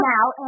Now